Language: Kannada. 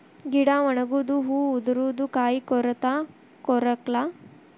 ಗಿಡಾ ಒಣಗುದು ಹೂ ಉದರುದು ಕಾಯಿ ಕೊರತಾ ಕೊರಕ್ಲಾ